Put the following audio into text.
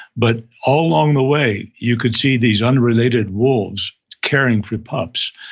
but all along the way you could see these unrelated wolves caring for pups.